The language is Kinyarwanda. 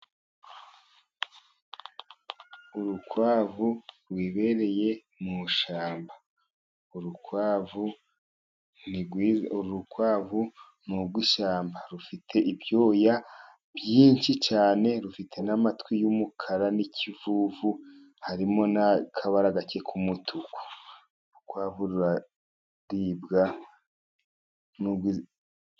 Urukwavu rwibereye mu ishyamba, uru rukwavu ni urw'ishyamba rufite ibyoya byinshi cyane, rufite n'amatwi y'umukara n'ikivuvu harimo n'akabara gake k'umutuku, urukwavu ruraribwa n'ubw'izi.....